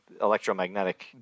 electromagnetic